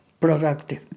productive